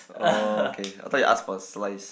oh okay I thought you ask for a slice